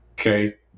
okay